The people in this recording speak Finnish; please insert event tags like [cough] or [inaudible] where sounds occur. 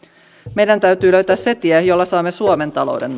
meidän täytyy löytää se tie jolla saamme suomen talouden [unintelligible]